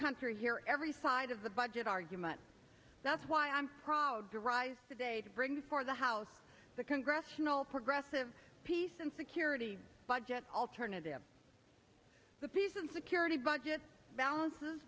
country hear every side of the budget argument that's why i'm proud to rise today to bring for the house the congressional progressive peace and security budget alternative to the peace and security budget balances